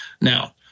Now